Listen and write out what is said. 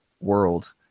World